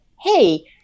hey